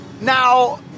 now